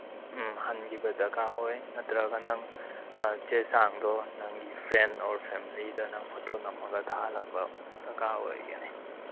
ꯎꯝ ꯍꯟꯈꯤꯕ ꯗꯔꯀꯥꯔ ꯑꯣꯏ ꯅꯠꯇ꯭ꯔꯒ ꯅꯪ ꯆꯦꯆꯥꯡꯗꯣ ꯅꯪꯒꯤ ꯐ꯭ꯔꯦꯟ ꯑꯣꯔ ꯐꯦꯃꯤꯂꯤꯗ ꯅꯪ ꯐꯣꯇꯣ ꯅꯝꯃꯒ ꯊꯥꯍꯜꯂꯛꯄ ꯗꯔꯀꯥꯔ ꯑꯣꯏꯒꯅꯤ